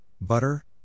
butter